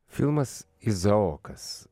filmas izaokas